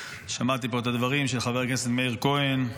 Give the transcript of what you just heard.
שמעתי פה את הדברים של חבר הכנסת מאיר כהן,